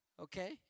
Okay